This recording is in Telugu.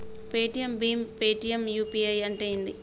పేటిఎమ్ భీమ్ పేటిఎమ్ యూ.పీ.ఐ అంటే ఏంది?